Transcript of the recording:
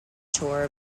tour